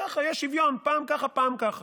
ככה יש שוויון, פעם ככה פעם ככה,